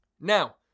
Now